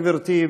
גברתי,